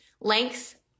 Length